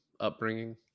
upbringing